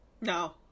No